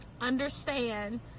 understand